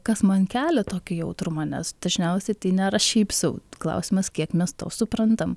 kas man kelia tokį jautrumą nes dažniausiai tai nėra šiaip sau klausimas kiek mes to suprantam